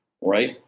right